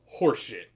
horseshit